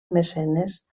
mecenes